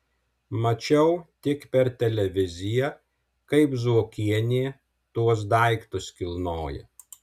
mačiau tik per televiziją kaip zuokienė tuos daiktus kilnoja